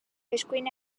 eskuin